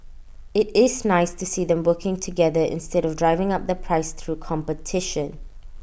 IT is nice to see them working together instead of driving up the price through competition